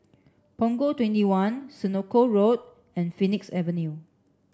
Punggol twenty one Senoko Road and Phoenix Avenue